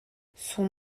son